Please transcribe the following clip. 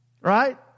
Right